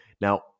Now